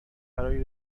برای